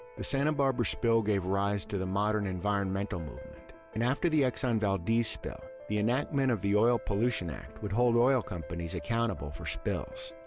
the santa barbara spill gave rise to the modern environmental movement, and after the exxon valdez spill, the enactment of the oil pollution act would hold oil companies accountable for spills.